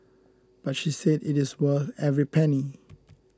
but she said it is worth every penny